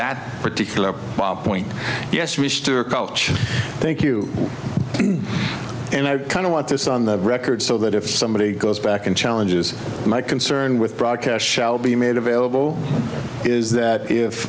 that particular point yes mr culture thank you and i kind of want this on the record so that if somebody goes back and challenges my concern with broadcast shall be made available is that if